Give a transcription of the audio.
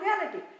reality